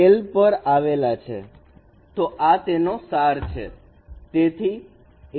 તો આ તેનો સાર છે